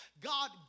God